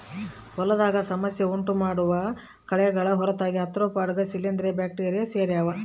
ಹೊಲದಾಗ ಸಮಸ್ಯೆ ಉಂಟುಮಾಡೋ ಕಳೆಗಳ ಹೊರತಾಗಿ ಆರ್ತ್ರೋಪಾಡ್ಗ ಶಿಲೀಂಧ್ರ ಬ್ಯಾಕ್ಟೀರಿ ಸೇರ್ಯಾವ